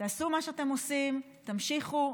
תעשו מה שאתם עושים, תמשיכו.